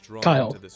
Kyle